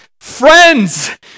friends